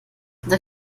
unser